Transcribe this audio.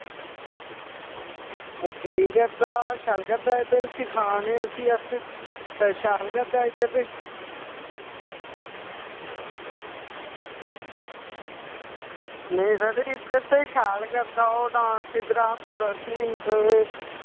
ठीक ऐ इध्दर शैल करदा ऐ इद्दर सखाऽ ने इध्दर अस उसी शैल करदा इध्दर ते नेईं सर जी इध्दर तै शैल करदा ओ् डांस इध्दर अस उसी पूरा मतलव